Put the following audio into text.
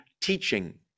teaching